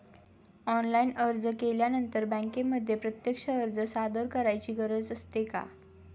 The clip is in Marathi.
ऑनलाइन अर्ज केल्यानंतर बँकेमध्ये प्रत्यक्ष अर्ज सादर करायची गरज असते का?